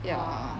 ya